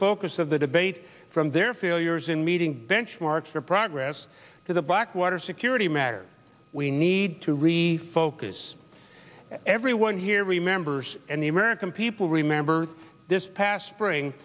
focus of the debate from their failures in meeting benchmarks for progress to the blackwater security matter we need to really focus everyone here remembers and the american people remember this past spring